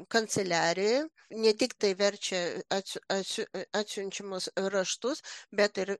kanceliarijoje ne tik tai verčia atsiu atsiu atsiunčiamus raštus bet ir